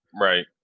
Right